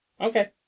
Okay